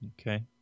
Okay